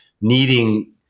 needing